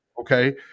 okay